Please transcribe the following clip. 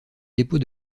dépôt